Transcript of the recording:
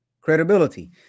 credibility